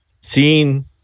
seen